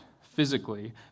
physically